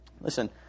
Listen